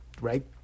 right